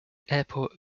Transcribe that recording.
airport